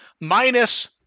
minus